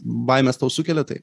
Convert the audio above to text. baimes tau sukelia tai